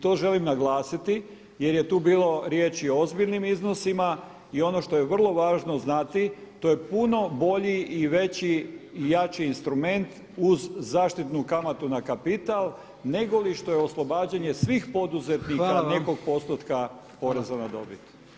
To želim naglasiti jer je tu bilo riječi o ozbiljnim iznosima i ono što je vrlo važno znati to je puno bolji i veći i jači instrument uz zaštitnu kamatu na kapital negoli što je oslobađanje svih poduzetnika nekog postotka poreza na dobit.